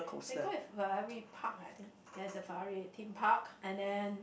they go with Ferrari park I think ya is a Ferrari Theme Park and then